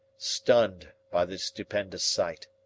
stunned by the stupendous sight.